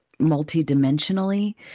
multidimensionally